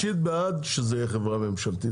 אני אישית בעד שזו תהיה חברה ממשלתית.